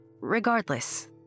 Regardless